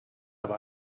aber